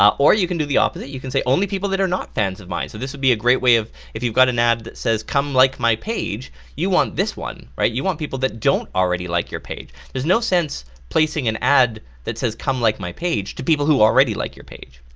um or you can do the opposite, you can say only people that are not fans of mine. so this would be a great way of, if you've got an ad that says come like my page you want this one, right. you want people that don't already like your page. there's no sense placing an ad that says come like my page to people who already like your page.